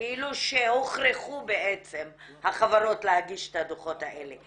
כאילו שהוכרחו בעצם החברות להגיש את הדוחות האלה.